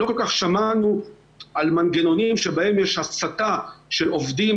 לא כל כך שמענו על מנגנונים שבהם יש הסטה של עובדים.